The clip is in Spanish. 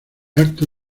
evento